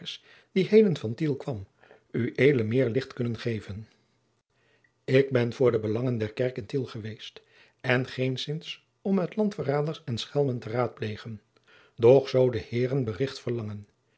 die heden van tiel kwam ued meer licht kunnen geven ik ben voor de belangen der kerk in tiel geweest en geenszins om met landverraders en schelmen te raadplegen doch zoo de heeren bericht verlangen